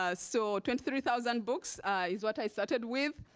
ah so twenty three thousand books is what i started with.